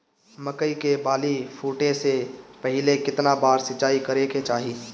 मकई के बाली फूटे से पहिले केतना बार सिंचाई करे के चाही?